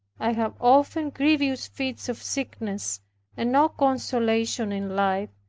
i had often grievous fits of sickness and no consolation in life,